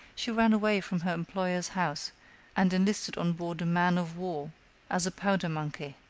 she ran away from her employer's house and enlisted on board a man-of-war as a powder monkey.